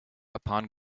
upon